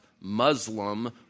Muslim